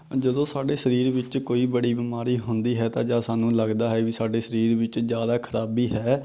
ਜਦੋਂ ਸਾਡੇ ਸਰੀਰ ਵਿੱਚ ਕੋਈ ਬੜੀ ਬਿਮਾਰੀ ਹੁੰਦੀ ਹੈ ਤਾਂ ਜਾਂ ਸਾਨੂੰ ਲੱਗਦਾ ਹੈ ਵੀ ਸਾਡੇ ਸਰੀਰ ਵਿੱਚ ਜ਼ਿਆਦਾ ਖ਼ਰਾਬੀ ਹੈ